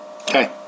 Okay